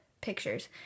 pictures